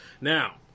Now